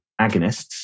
agonists